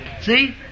See